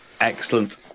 excellent